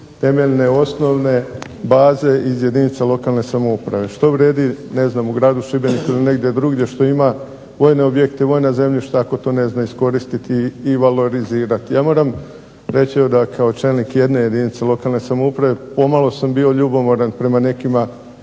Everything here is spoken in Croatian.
temeljne osnovne baze iz jedinica lokalne samouprave. Što vrijedi, ne znam u gradu Šibeniku ili negdje drugdje, što ima vojne objekte i vojna zemljišta ako to ne zna iskoristiti i valorizirati. Ja moram reći da kao čelnik jedne jedinice lokalne samouprave pomalo sam bio ljubomoran prema nekima